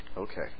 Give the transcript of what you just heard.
Okay